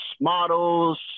models